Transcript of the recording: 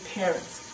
parents